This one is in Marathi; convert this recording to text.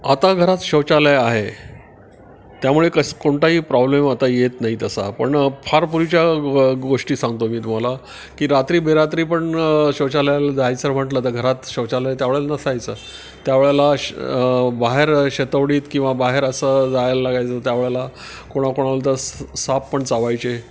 आता घरात शौचालय आहे त्यामुळे कस कोणताही प्रॉब्लेम आता येत नाही तसा पण फार पूर्वीच्या ग गोष्टी सांगतो मी तुम्हाला की रात्री बेरात्री पण शौचालयाला जायचं म्हटलं तर घरात शौचालय त्या वेळेला नसायचं त्यावेळेला श बाहेर शतवडीत किंवा बाहेर असं जायला लागायचं त्या वेळेला कोणाकोणाला तर स् साप पण चावायचे